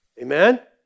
Amen